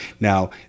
Now